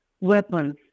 weapons